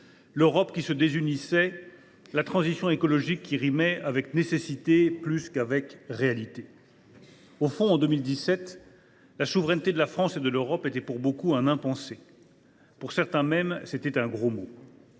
l’Europe qui se désunissait et la transition écologique qui rimait avec nécessité plus qu’avec réalité. « Au fond, en 2017, la souveraineté de la France et de l’Europe était pour beaucoup un impensé. Pour certains, c’était même un gros mot.